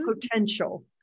potential